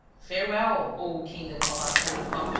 farewell, o kingdom of arsene lupin!